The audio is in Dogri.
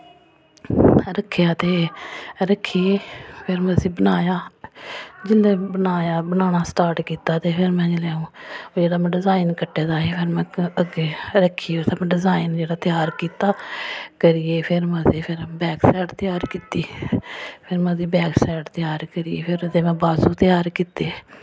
रक्खेआ ते रक्खियै फिर में उस्सी बनाया जिल्लै बनाया बनाना स्टार्ट कीता ते फिर में जिल्ले में जेह्ड़ा में डिजाइन कट्टे दा ही फिर में अग्गे रक्खियै ओह्दे पर डिजाइन जेह्ड़ा त्यार कीता करियै फिर में ओह्दी फिर बैकसाइड त्यार कीती फिर में ओह्दी बैकसाइड त्यार करियै फिर ओह्दे में बाजू त्यार कीते